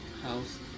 house